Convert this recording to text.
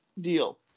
deal